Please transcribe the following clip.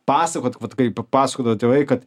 pasakot vat kaip papasakodavo tėvai kad